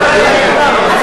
נאומים שלא